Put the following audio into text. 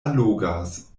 allogas